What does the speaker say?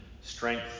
strength